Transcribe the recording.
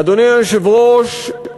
אדוני היושב-ראש,